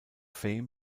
fame